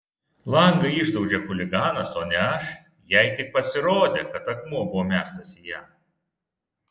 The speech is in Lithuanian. langą išdaužė chuliganas o ne aš jai tik pasirodė kad akmuo buvo mestas į ją